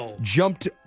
jumped